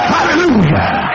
Hallelujah